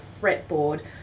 fretboard